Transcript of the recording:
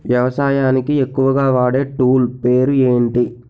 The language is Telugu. వ్యవసాయానికి ఎక్కువుగా వాడే టూల్ పేరు ఏంటి?